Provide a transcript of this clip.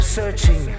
searching